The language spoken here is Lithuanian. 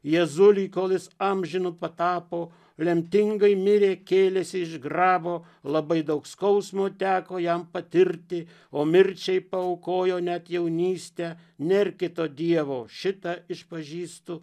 jėzulį kol jis amžinu patapo lemtingai mirė kėlėsi iš grabo labai daug skausmo teko jam patirti o mirčiai paaukojo net jaunystę nėr kito dievo šitą išpažįstu